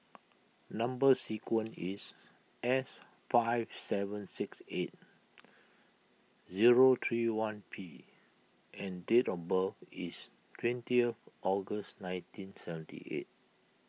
Number Sequence is S five seven six eight zero three one P and date of birth is twentieth August nineteen seventy eight